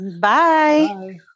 Bye